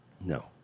No